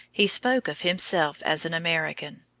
he spoke of himself as an american.